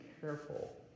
careful